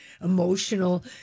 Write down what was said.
emotional